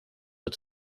het